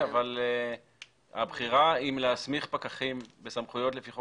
אבל הבחירה אם להסמיך פקחים בסמכויות לפי חוק